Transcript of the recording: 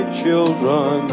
children